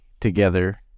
together